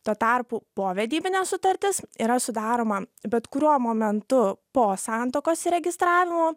tuo tarpu povedybinė sutartis yra sudaroma bet kuriuo momentu po santuokos įregistravimo